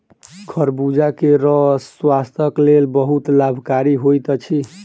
खरबूजा के रस स्वास्थक लेल बहुत लाभकारी होइत अछि